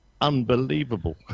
unbelievable